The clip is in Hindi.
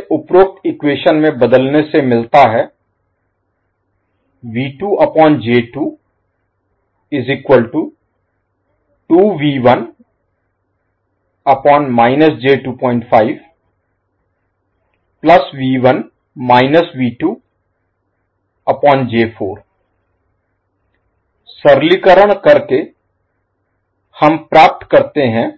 इसे उपरोक्त इक्वेशन में बदलने से मिलता है सरलीकरण करके हम प्राप्त करते हैं